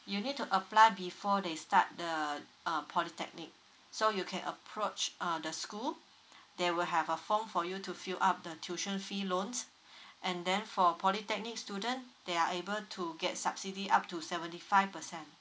you need to apply before they start the uh polytechnic so you can approach uh the school they will have a form for you to fill up the tuition fee loan and then for polytechnic student they are able to get subsidy up to seventy five percent